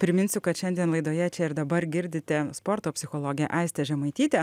priminsiu kad šiandien laidoje čia ir dabar girdite sporto psichologę aistę žemaitytę